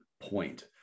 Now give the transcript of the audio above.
point